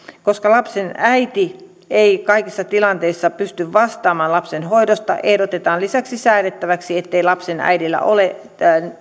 koska lapsen äiti ei kaikissa tilanteissa pysty vastaamaan lapsen hoidosta ehdotetaan lisäksi säädettäväksi ettei lapsen äidillä ole